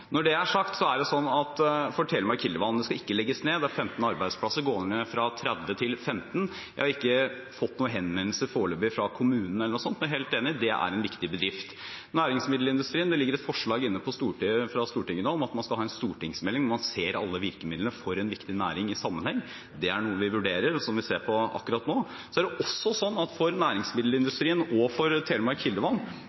Når det er sagt, er det slik at Telemark Kildevann ikke skal legges ned. Antall arbeidsplasser går ned fra 30 til 15. Jeg har foreløpig ikke fått noen henvendelser fra kommunen eller andre. Jeg er helt enig i at det er en viktig bedrift. Når det gjelder næringsmiddelindustrien, foreligger det et forslag fra Stortinget nå om en stortingsmelding der en ser alle virkemidlene for en viktig næring i sammenheng. Det er noe vi vurderer, og som vi ser på akkurat nå. Det er også slik at for